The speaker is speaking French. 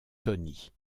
tony